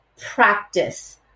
practice